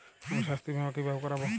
আমি স্বাস্থ্য বিমা কিভাবে করাব?